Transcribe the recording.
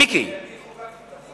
מיקי איתן, אני חוקקתי את החוק.